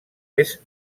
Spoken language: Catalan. est